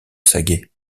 saget